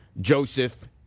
Joseph